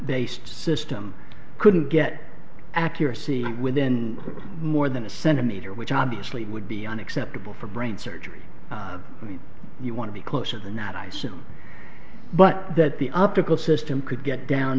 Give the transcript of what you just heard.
based system couldn't get accuracy within more than a centimeter which obviously would be unacceptable for brain surgery when you want to be closer than that isin but that the up to go system could get down